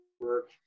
work